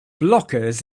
blockers